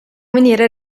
venire